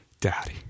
daddy